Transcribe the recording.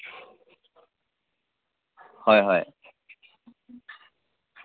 হয় হয়